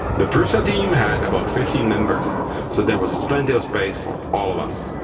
the prusa team had about fifteen members, so there was plenty of space for all of us.